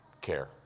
care